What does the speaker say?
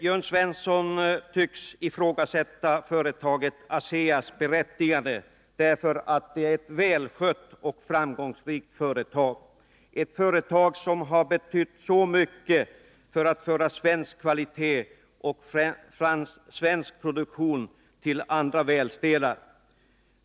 Jörn Svensson tycks ifrågasätta företaget ASEA:s berättigande därför att det är ett väl skött och framgångsrikt företag, ett företag som har betytt så mycket för att föra svensk kvalitet och svensk produktion till andra världsdelar.